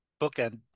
bookend